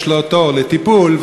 יש לו תור לטיפול,